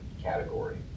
category